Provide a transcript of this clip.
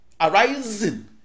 arising